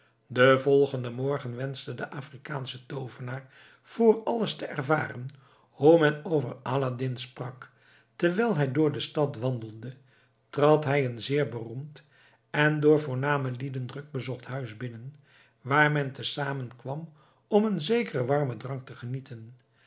den volgenden morgen wenschte de afrikaansche toovenaar vr alles te ervaren hoe men over aladdin sprak terwijl hij door de stad wandelde trad hij een zeer beroemd en door voorname lieden druk bezocht huis binnen waar men tezamen kwam om een zekeren warmen drank te genieten